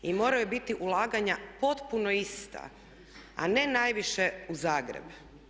I moraju biti ulaganja potpuno ista a ne najviše u Zagreb.